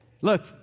Look